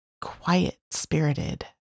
quiet-spirited